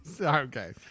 okay